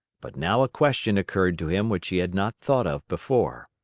but now a question occurred to him which he had not thought of before.